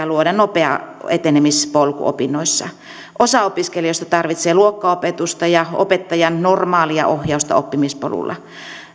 luoda nopea etenemispolku opinnoissa osa opiskelijoista tarvitsee luokkaopetusta ja opettajan normaalia ohjausta oppimispolulla